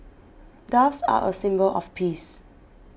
doves are a symbol of peace